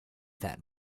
that